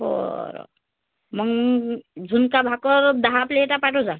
बरं मग झुणका भाकर दहा प्लेटा पाठव